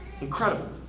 Incredible